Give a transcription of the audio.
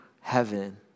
heaven